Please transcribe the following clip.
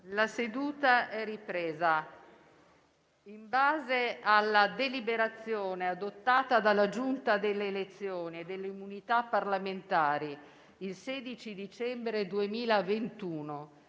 una nuova finestra"). In base alla deliberazione adottata dalla Giunta delle elezioni e delle immunità parlamentari il 16 dicembre 2021,